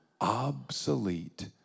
obsolete